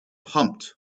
pumped